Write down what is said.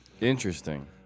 Interesting